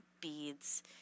beads